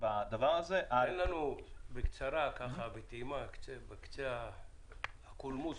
תן לנו בקצרה, על קצה הקולמוס.